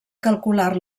calcular